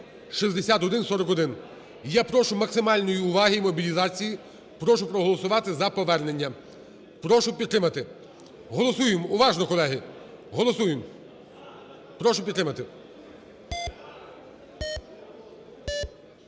Я прошу максимальної уваги і мобілізації. Прошу проголосувати за повернення. Прошу підтримати, голосуємо уважно, колеги, голосуємо. Прошу підтримати.